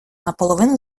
наполовину